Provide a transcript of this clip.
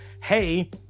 hey